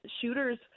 shooters